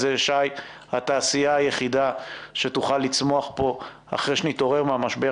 שהתעשייה היחידה שתוכל לצמוח פה אחרי שנתעורר מהמשבר